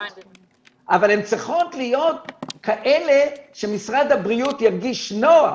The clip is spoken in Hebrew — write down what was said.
אבל הן צריכות להיות כאלה שמשרד הבריאות ירגיש נוח.